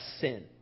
sin